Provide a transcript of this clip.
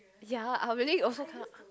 ya I really also cannot